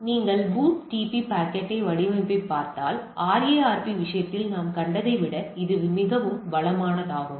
எனவே நீங்கள் BOOTP packet வடிவமைப்பைப் பார்த்தால் RARP விஷயத்தில் நாம் கண்டதை விட இது மிகவும் வளமானதாகும்